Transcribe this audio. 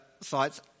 sites